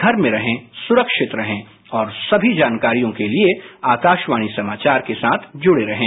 घर में रहें सुरक्षित रहें और समी जानकारियों के लिए आकाशवाणी समाचार के साथ जुड़े रहें